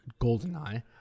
goldeneye